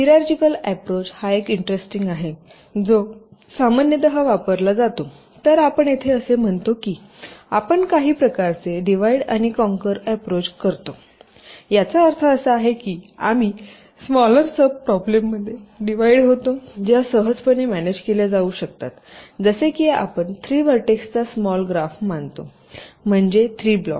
hierarchical approach हा एक interesting आहे जो सामान्यतः वापरला जातो तर आपण येथे असे म्हणतो की आपण काही प्रकारचे डिव्हाईड आणि कोंकर अँप्रोच करतोयाचा अर्थ असा आहे की आम्ही स्मालर सब प्रॉब्लेममध्ये डिव्हाईड होतोज्या सहजपणे मॅनेज केल्या जाऊ शकतात जसे की आपण 3 व्हर्टेक्सचा स्माल ग्राफ मानतो म्हणजे 3 ब्लॉक्स